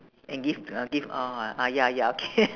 and give to uh give orh ah ya ya okay